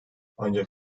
ancak